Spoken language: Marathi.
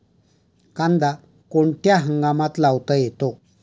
कांदा कोणत्या हंगामात लावता येतो?